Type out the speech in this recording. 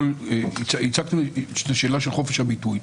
הצגתם פה את שאלת חופש הביטוי,